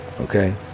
Okay